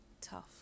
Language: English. tough